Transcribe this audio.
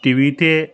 টিভিতে